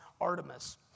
Artemis